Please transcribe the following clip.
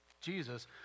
Jesus